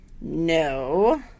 No